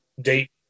date